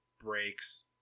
breaks